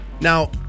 Now